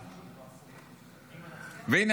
והינה,